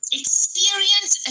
experience